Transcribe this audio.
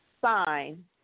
sign